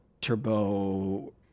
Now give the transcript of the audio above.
turbo